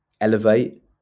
elevate